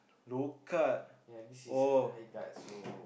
low cut oh